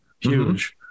Huge